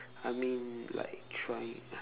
I mean like trying